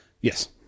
Yes